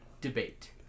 debate